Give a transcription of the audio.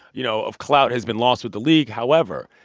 you know, of clout has been lost with the league. however,